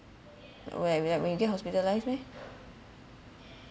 when when when you get hospitalised meh